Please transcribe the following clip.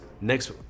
Next